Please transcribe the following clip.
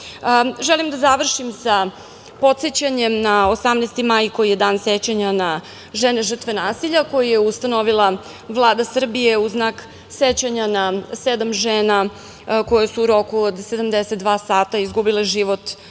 način. Želim da završim sa podsećanjem na 18. maj koji je Dan sećanja na žene žrtve nasilja, koji je ustanovila Vlada Srbije u znak sećanja na sedam žena koje su u roku od 72 sata izgubile život u